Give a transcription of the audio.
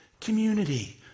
community